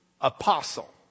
Apostle